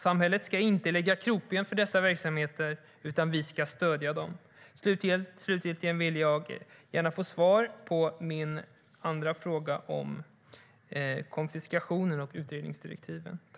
Samhället ska inte lägga krokben för dessa verksamheter, utan vi ska stödja dem.